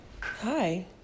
Hi